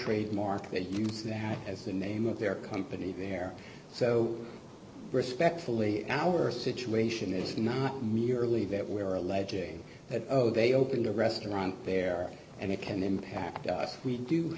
trademark that used that as the name of their company there so respectfully our situation is not merely that we are alleging that oh they opened a restaurant there and it can impact us we do